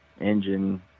engine